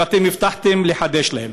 ואתם הבטחתם לחדש אותם.